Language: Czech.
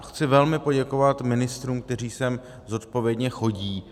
Chci velmi poděkovat ministrům, kteří sem zodpovědně chodí.